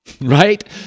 Right